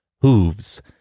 Hooves